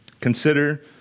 Consider